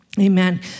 Amen